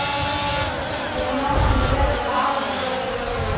कोनो बिडर का होला?